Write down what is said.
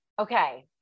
Okay